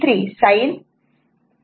23 sin 40